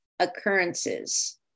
occurrences